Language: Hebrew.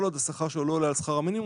עוד השכר שלו לא עולה על שכר המינימום,